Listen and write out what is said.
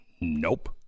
Nope